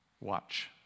Watch